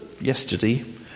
yesterday